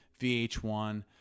vh1